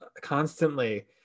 constantly